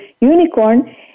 unicorn